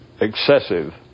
excessive